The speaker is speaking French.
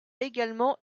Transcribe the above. également